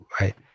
right